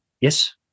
Yes